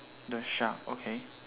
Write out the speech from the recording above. the shark okay